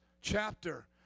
chapter